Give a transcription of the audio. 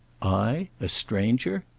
i? a stranger?